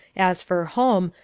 as for home,